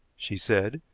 she said,